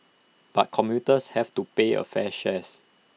but commuters have to pay A fair shares